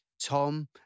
Tom